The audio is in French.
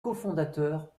cofondateurs